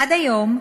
עד היום,